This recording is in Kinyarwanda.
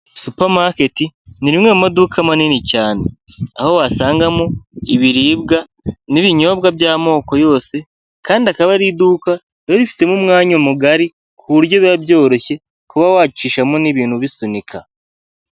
Supamaketi ni rimwe mu maduka manini cyane, aho wasangamo ibiribwa n'ibinyobwa by'amoko yose kandi akaba ari iduka riba rifitemo umwanya mugari ku buryo biba byoroshye kuba wacishamo n'ibintu ubisunika.